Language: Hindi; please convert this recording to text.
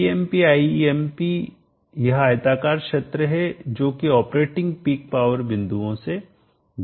VmpImp यह आयताकार क्षेत्र है जोकि ऑपरेटिंग पीक पावर बिंदुओं से घिरा हुआ है